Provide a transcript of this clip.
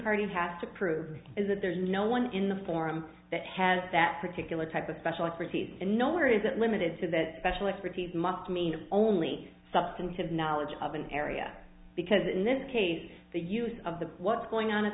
party has to prove is that there's no one in the forum that has that particular type of special expertise and nowhere is it limited to that special expertise must mean only substantive knowledge of an area because in this case the use of the what's going on at